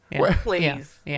please